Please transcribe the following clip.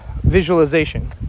visualization